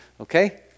Okay